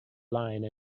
line